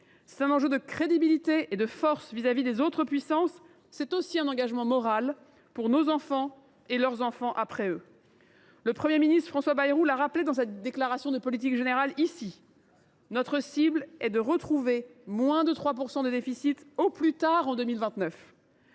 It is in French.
C’est un enjeu de crédibilité et de force par rapport aux autres puissances. C’est aussi un engagement moral pour nos enfants et leurs enfants après eux. Le Premier ministre François Bayrou l’a rappelé dans sa déclaration de politique générale devant le Sénat : notre cible est de repasser sous la barre des 3 % de déficit public au plus tard en 2029.